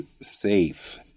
safe